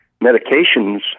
medications